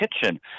kitchen